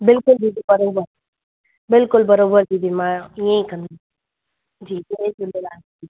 बिल्कुलु बिल्कुलु बराबरि बिल्कुलु बराबरि दीदी मां इअं ई कंदमि जी जय झूलेलाल